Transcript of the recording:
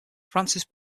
frances